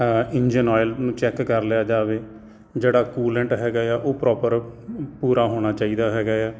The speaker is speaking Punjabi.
ਇੰਜਨ ਆਇਲ ਨੂੰ ਚੈੱਕ ਕਰ ਲਿਆ ਜਾਵੇ ਜਿਹੜਾ ਕੂਲੈਂਟ ਹੈਗਾ ਆ ਉਹ ਪ੍ਰੋਪਰ ਪੂਰਾ ਹੋਣਾ ਚਾਹੀਦਾ ਹੈਗਾ ਆ